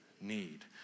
need